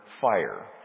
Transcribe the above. fire